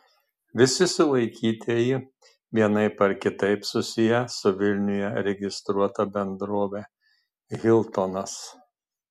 visi sulaikytieji vienaip ar kitaip susiję su vilniuje registruota bendrove hiltonas